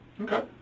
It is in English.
Okay